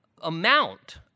amount